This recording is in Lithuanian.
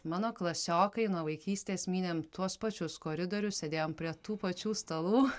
mano klasiokai nuo vaikystės mynėm tuos pačius koridorius sėdėjom prie tų pačių stalų